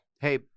Hey